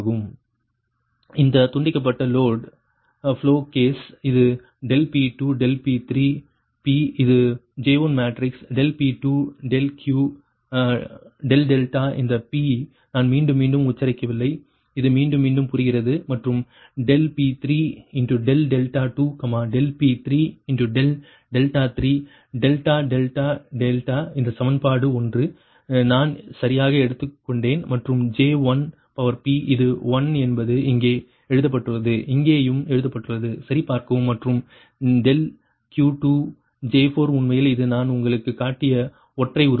∆P2 ∆P3 dP2d2 dP2d3 dP3d2 dP3d3 ∆2 ∆3 இந்த துண்டிக்கப்பட்ட load flow case இது ∆P2 ∆P3 P இது J1 மேட்ரிக்ஸ் ∆P2 ∆δ இந்த p நான் மீண்டும் மீண்டும் உச்சரிக்கவில்லை இது மீண்டும் மீண்டும் புரிகிறது மற்றும் ∆P3 ∆2 ∆P3 ∆3 delta delta delta இந்த சமன்பாடு 1 நான் சரியாக எடுத்துக்கொண்டேன் மற்றும் J1 இது 1 என்பது இங்கே எழுதப்பட்டுள்ளது இங்கேயும் எழுதப்பட்டுள்ளது சரி பார்க்கவும் மற்றும் ∆Q2 J4 உண்மையில் இது நான் உங்களுக்குக் காட்டிய ஒற்றை உறுப்பு